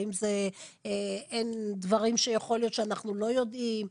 האם אין דברים שיכול להיות שאנחנו לא יודעים,